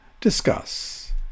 Discuss